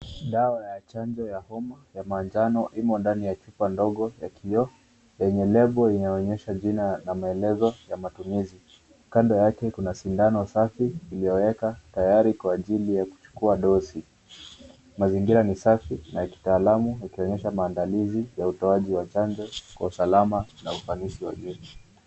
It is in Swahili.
Dawa ya chanjo ya homa ya manjano imo ndani ya chupa ndogo ya kio, yenye lebo inayoonyesha jina na maelezo ya matumizi. Kando yake kuna sindano safi iliyoekwa tayari kwa ajili ya kuwa dosi. Mazingira ni safi na ya kitaalamu, ikionyesha maaandalizi ya utoaji wa chanjo kwa usalama na ufanisi wa juu.